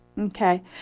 Okay